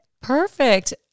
Perfect